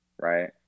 Right